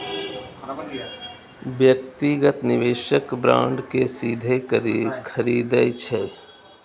व्यक्तिगत निवेशक बांड कें सीधे खरीदै छै